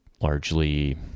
largely